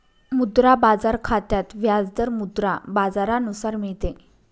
मुद्रा बाजार खात्यात व्याज दर मुद्रा बाजारानुसार मिळते